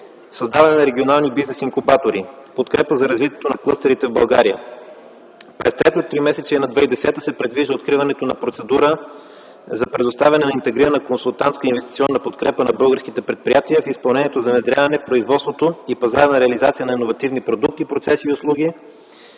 създаване на регионални бизнес инкубатори; подкрепа за развитието на клъстерите в България. През третото тримесечие на 2010 г. се предвижда откриването на процедура за предоставяне на интегрирана консултантска и инвестиционна подкрепа на българските предприятия в изпълнението за внедряване в производството и пазарна реализация на иновативни продукти, процеси и услуги.